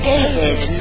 David